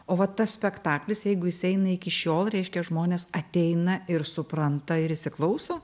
o va tas spektaklis jeigu jis eina iki šiol reiškia žmonės ateina ir supranta ir įsiklauso